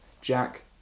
Jack